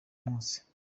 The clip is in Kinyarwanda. munsi